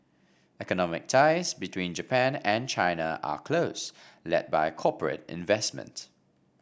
economic ties between Japan and China are close led by corporate investment